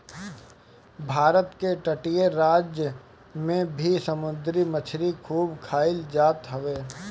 भारत के तटीय राज में भी समुंदरी मछरी खूब खाईल जात हवे